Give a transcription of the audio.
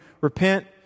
repent